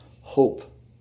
hope